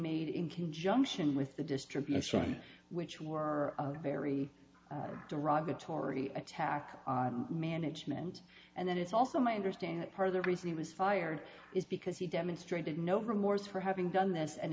made in conjunction with the distribution which were very derogatory attack on management and then it's also my understanding that part of the reason he was fired is because he demonstrated no remorse for having done this and